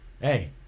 hey